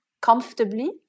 comfortably